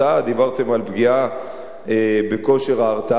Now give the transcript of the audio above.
דיברתם על פגיעה בכושר ההרתעה,